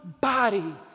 body